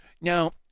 Now